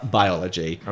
biology